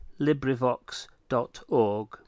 librivox.org